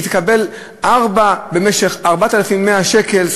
תקבל 4,100 שקל,